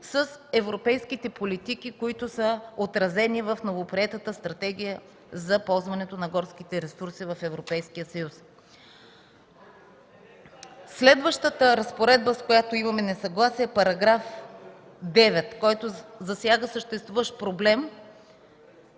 с европейските политики, които са отразени в новоприетата Стратегия за ползването на горските ресурси в Европейския съюз. Следващата разпоредба, с която имаме несъгласие, е § 9, който засяга съществуващ проблем.